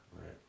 Right